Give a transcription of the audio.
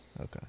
Okay